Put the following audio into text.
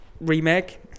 remake